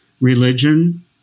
religion